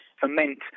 ferment